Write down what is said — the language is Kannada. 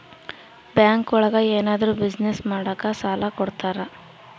ಬ್ಯಾಂಕ್ ಒಳಗ ಏನಾದ್ರೂ ಬಿಸ್ನೆಸ್ ಮಾಡಾಕ ಸಾಲ ಕೊಡ್ತಾರ